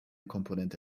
komponente